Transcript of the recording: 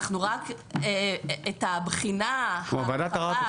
רק את הבחינה הרחבה,